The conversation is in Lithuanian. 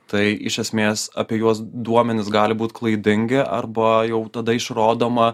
tai iš esmės apie juos duomenys gali būt klaidingi arba jau tada išrodoma